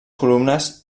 columnes